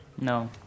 No